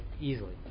easily